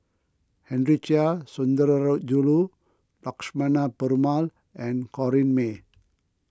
Henry Chia Sundarajulu Lakshmana Perumal and Corrinne May